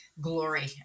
glory